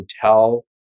hotel